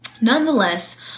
nonetheless